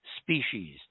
species